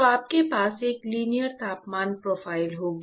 तो आपके पास एक लीनियर तापमान प्रोफ़ाइल होगी